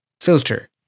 filter